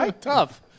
tough